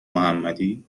محمدی